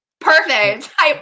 Perfect